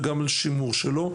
וגם על שימור שלו.